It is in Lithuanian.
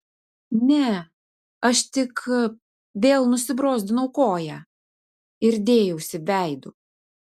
ne aš tik vėl nusibrozdinau koją ir dėjausi veidu